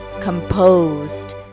composed